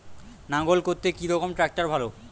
লাঙ্গল করতে কি রকম ট্রাকটার ভালো?